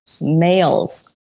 males